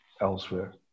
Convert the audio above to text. elsewhere